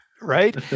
right